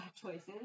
choices